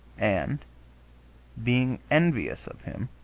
and being envious of him,